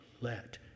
let